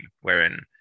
wherein